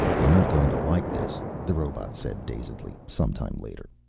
you're not going to like this, the robot said dazedly, sometime later.